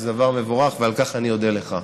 זה דבר מבורך, ועל כך אני מודה לך.